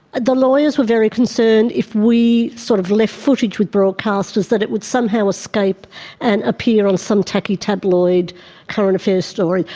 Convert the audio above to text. the lawyers were very concerned if we sort of left footage with broadcasters that it would somehow escape and appear on some tacky tabloid current affairs story.